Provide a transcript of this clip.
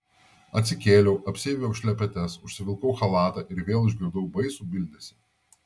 atsikėliau apsiaviau šlepetes užsivilkau chalatą ir vėl išgirdau baisų bildesį